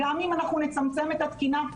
גם אם אנחנו נצמצם את התקינה,